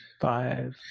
five